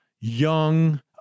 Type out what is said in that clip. young